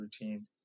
routine